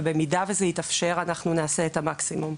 ואם זה יתאפשר נעשה את המקסימום.